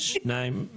הצבעה בעד, 2 נגד,